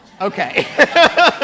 Okay